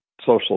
social